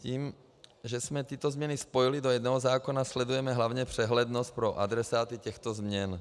Tím, že jsme tyto změny spojili do jednoho zákona, sledujeme hlavně přehlednost pro adresáty těchto změn.